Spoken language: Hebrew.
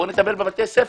בואו נטפל בבתי הספר,